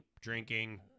drinking